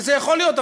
זה יכול להיות.